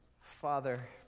Father